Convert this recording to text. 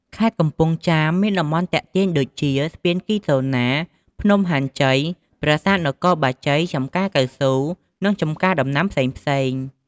ខេត្តកំពង់ចាមមានតំបន់ទាក់ទាញដូចជា ស្ពានគីហ្សូណា ភ្នំហាន់ជ័យ ប្រាសាទនគរបាជ័យ ចំការកៅស៊ូ និងចំការដំណាំផ្សេងៗ។